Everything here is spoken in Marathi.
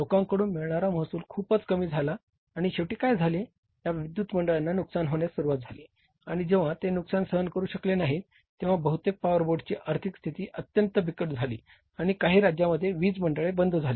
लोकांकडून मिळणारा महसूल खूपच कमी झाला आणि शेवटी काय झाले या विद्युत मंडळांना नुकसान होण्यास सुरवात झाली आणि जेव्हा ते नुकसान सहन करू शकले नाहीत तेव्हा बहुतेक पॉवर बोर्डची आर्थिक स्थिती अत्यंत बिकट झाली आणि काही राज्यांमध्ये वीज मंडळे बंद झाली